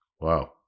Wow